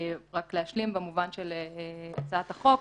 רק להשלים במובן של הצעת החוק.